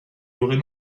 aurait